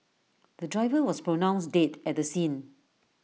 the driver was pronounced dead at the scene